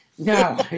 No